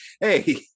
hey